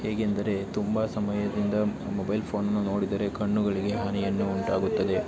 ಹೇಗೆಂದರೆ ತುಂಬ ಸಮಯದಿಂದ ಮೊಬೈಲ್ ಫೋನನ್ನು ನೋಡಿದರೆ ಕಣ್ಣುಗಳಿಗೆ ಹಾನಿಯನ್ನು ಉಂಟಾಗುತ್ತದೆ